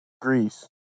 Greece